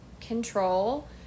control